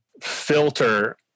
filter